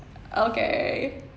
okay